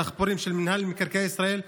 הדחפורים של רשות מקרקעי ישראל,